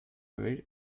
abrir